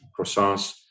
croissants